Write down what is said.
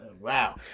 Wow